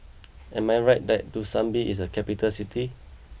am I right that Dushanbe is a capital city